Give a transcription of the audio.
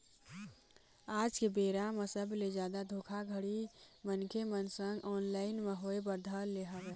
आज के बेरा म सबले जादा धोखाघड़ी मनखे मन संग ऑनलाइन म होय बर धर ले हवय